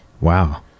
Wow